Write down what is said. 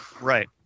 right